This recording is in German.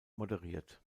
moderiert